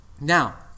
now